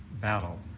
battle